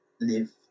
live